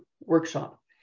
workshop